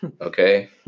okay